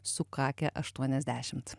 sukakę aštuoniasdešimt